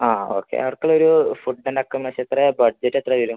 ആ ഓക്കെ അവർക്ക് ഒരു ഫുഡ് ആൻഡ് അക്കോമഡേഷൻ എത്ര ബഡ്ജറ്റ് എത്ര വരും